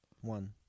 One